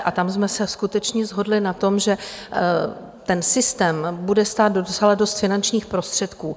A tam jsme se skutečně shodli na tom, že systém bude stát docela dost finančních prostředků.